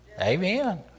Amen